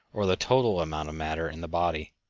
or the total amount of matter in the body.